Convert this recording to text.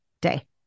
day